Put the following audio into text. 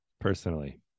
personally